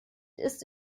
ist